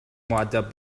مودب